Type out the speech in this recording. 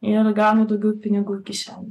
ir gaunu daugiau pinigų į kišen